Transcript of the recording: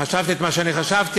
חשבתי את מה שאני חשבתי,